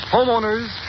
Homeowners